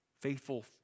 Faithful